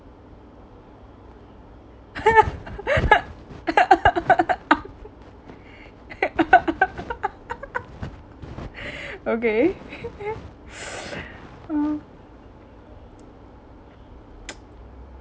okay oh